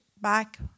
back